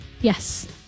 Yes